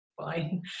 fine